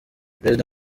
perezida